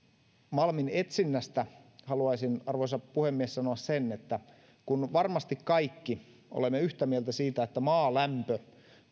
malminetsinnästä haluaisin arvoisa puhemies sanoa sen että varmasti kaikki olemme yhtä mieltä siitä että maalämpö